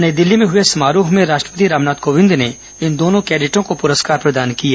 नई दिल्ली में हुए समारोह में राष्ट्रपति रामनाथ कोविंद ने इन दोनों कैडेटों को पुरस्कार प्रदान किए